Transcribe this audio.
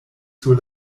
sur